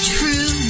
True